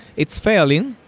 it's failing.